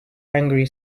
angry